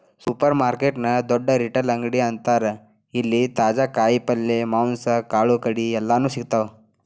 supermarket ನ ದೊಡ್ಡ retail ಅಂಗಡಿ ಅಂತಾರ ಇಲ್ಲಿ ತಾಜಾ ಕಾಯಿ ಪಲ್ಯ, ಮಾಂಸ, ಕಾಳುಕಡಿ ಎಲ್ಲಾನೂ ಸಿಗ್ತಾವ